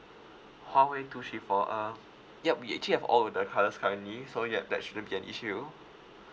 huawei two three four R yup we actually have all the colours currently so yup that shouldn't be an issue